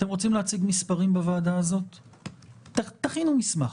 אתם רוצים להציג מספרים בוועדה, תכינו מסמך.